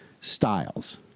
styles